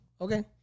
okay